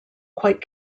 quite